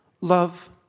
love